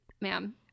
Ma'am